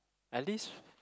at least